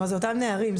זה אותם נערים.